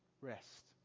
rest